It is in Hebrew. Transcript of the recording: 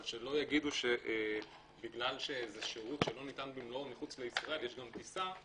שלא יגידו שבגלל שזה שירות שלא ניתן במלואו מחוץ לישראל ויש גם טיסה,